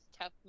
tough